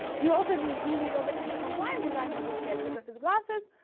you also do need obviously to compliant design in this case because it's glasses.